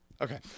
Okay